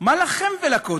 מה לכם ולכותל?